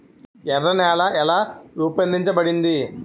ఎర్ర నేల ఎలా రూపొందించబడింది?